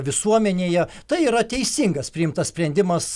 ir visuomenėje tai yra teisingas priimtas sprendimas